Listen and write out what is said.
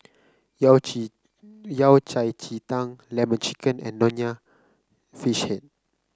yao ji Yao Cai Ji Tang lemon chicken and Nonya Fish Head